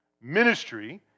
Ministry